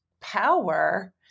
power